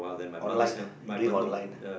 online ah you doing online